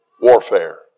warfare